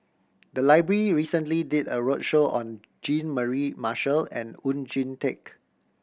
the library recently did a roadshow on Jean Mary Marshall and Oon Jin Teik